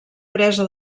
presa